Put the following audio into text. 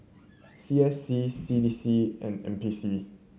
C S C C D C and N P C